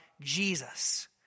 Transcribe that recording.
Jesus